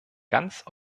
ganz